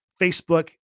Facebook